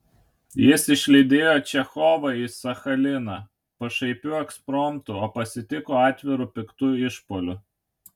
jis išlydėjo čechovą į sachaliną pašaipiu ekspromtu o pasitiko atviru piktu išpuoliu